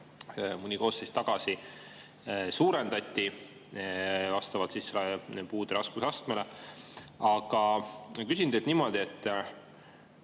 mõni koosseis tagasi suurendati vastavalt puude raskusastmele. Aga ma küsin teilt niimoodi: